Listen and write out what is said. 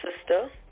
sister